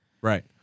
right